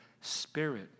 spirit